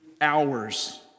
hours